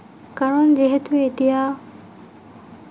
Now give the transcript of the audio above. কাৰণ যিহেতু এতিয়া